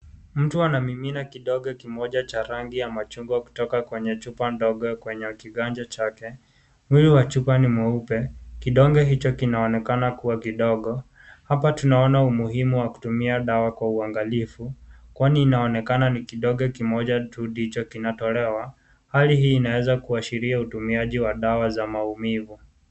Mtu anamimia kidonge kimoja cha rangi ya machungwa kutoka kwenye chupa ndogo kwenye kiganja chake . Mwili wa chupa ni mweupe , kidonge hicho kinaonekana kuwa kidogo . Hapa tunaona umuhimu wa kutumia dawa kwa uangalifu kwani inaonekana ni kidonge kimoja tu ndicho kinatolewa , hali hii inaweza kuashiria utumiaji wa dawa za maumivu.